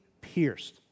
pierced